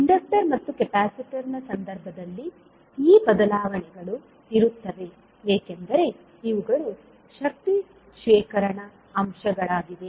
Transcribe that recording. inductor ಮತ್ತು capacitor ನ ಸಂದರ್ಭದಲ್ಲಿ ಈ ಬದಲಾವಣೆಗಳು ಇರುತ್ತವೆ ಏಕೆಂದರೆ ಇವುಗಳು ಶಕ್ತಿ ಶೇಖರಣಾ ಅಂಶಗಳಾಗಿವೆ